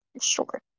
sure